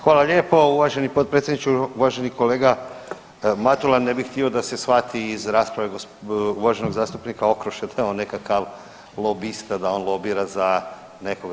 Hvala lijepo uvaženi potpredsjedniče, uvaženi kolega Matula ne bih htio da se shvati iz rasprave uvaženog zastupnika Okroša da je on nekakav lobista, da on lobira za nekoga.